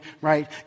right